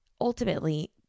Ultimately